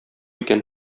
икән